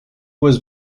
was